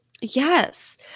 Yes